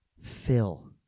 fill